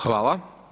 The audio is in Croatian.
Hvala.